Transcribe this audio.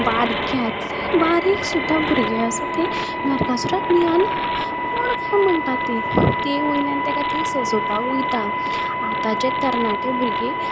बारक्यांतलीं बारीक सुद्दां भुरगीं आसा तीं नरकासुराक भियाना कोण काय म्हणटा तीं तीं वयल्यान ताका थंय सजोपाक वयता आतांचे तरनाटे भुरगे